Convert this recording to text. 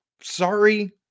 Sorry